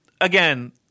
again